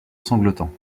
sanglotant